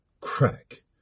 Crack